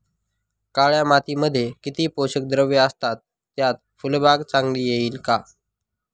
काळ्या मातीमध्ये किती पोषक द्रव्ये असतात, त्यात फुलबाग चांगली येईल का?